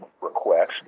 requests